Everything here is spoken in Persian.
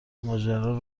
ماجرا